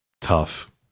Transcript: tough